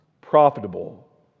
profitable